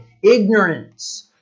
ignorance